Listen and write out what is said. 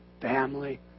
Family